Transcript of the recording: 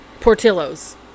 Portillo's